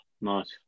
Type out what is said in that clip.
Nice